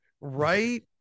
Right